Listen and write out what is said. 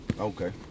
Okay